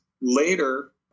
Later